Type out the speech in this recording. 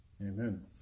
Amen